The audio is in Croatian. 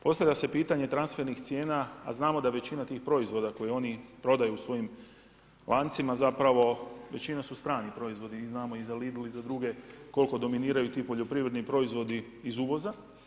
Postavlja se pitanje transfernih cijena, a znamo da većina tih proizvoda, koji oni prodaju u svojim lancima, zapravo, većina su strani proizvodi, znamo i za Lidl i za druge, koliko dominiraju ti poljoprivredni proizvodi iz uvoza.